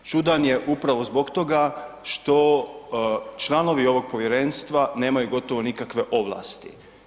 Čudan je upravo zbog toga što članovi ovog povjerenstva nemaju gotovo nikakve ovlasti.